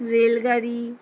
রেলগাড়ি